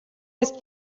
ist